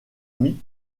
mis